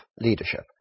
leadership